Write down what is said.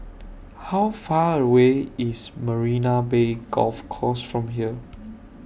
How Far away IS Marina Bay Golf Course from here